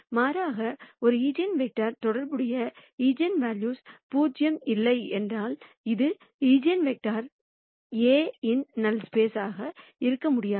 மாறாக ஒரு ஈஜென்வெக்டருடன் தொடர்புடைய ஈஜென்வெல்யூ 0 இல்லை என்றால் அந்த ஈஜென்வெக்டர் A இன் நல் ஸ்பேஸ் இருக்க முடியாது